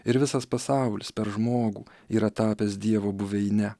ir visas pasaulis per žmogų yra tapęs dievo buveine